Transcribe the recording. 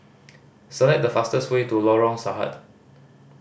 select the fastest way to Lorong Sarhad